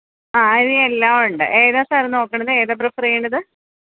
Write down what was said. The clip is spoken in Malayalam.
ആ അരി എല്ലാമുണ്ട് ഏതാണ് സാര് നോക്കുന്നത് ഏതാണ് പ്രിഫര് ചെയ്യുന്നത്